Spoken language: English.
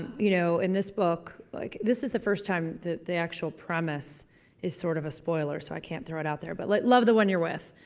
you know, in this book. like this is the first time the the actual premise is sort of a spoiler so i can't thow it out there. but like love the one you're with.